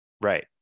Right